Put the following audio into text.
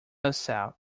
herself